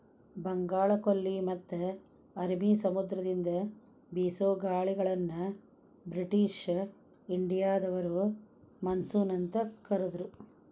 ಬಂಗಾಳಕೊಲ್ಲಿ ಮತ್ತ ಅರಬಿ ಸಮುದ್ರದಿಂದ ಬೇಸೋ ಮಳೆಗಾಳಿಯನ್ನ ಬ್ರಿಟಿಷ್ ಇಂಡಿಯಾದವರು ಮಾನ್ಸೂನ್ ಅಂತ ಕರದ್ರು